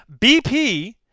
BP